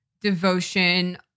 devotion